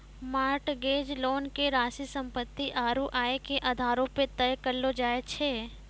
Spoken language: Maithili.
मोर्टगेज लोन के राशि सम्पत्ति आरू आय के आधारो पे तय करलो जाय छै